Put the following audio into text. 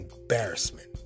embarrassment